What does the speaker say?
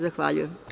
Zahvaljujem.